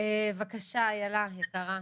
בבקשה איילה היקרה.